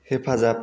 हेफाजाब